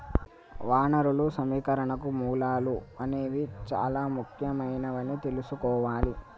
వనరులు సమీకరణకు మూలాలు అనేవి చానా ముఖ్యమైనవని తెల్సుకోవాలి